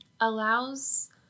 allows